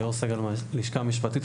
ליאור סגל מהלשכה המשפטית.